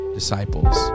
disciples